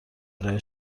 ارائه